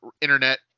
internet